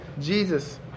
Jesus